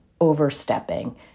overstepping